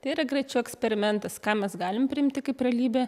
tai yra greičiau eksperimentas ką mes galim priimti kaip realybę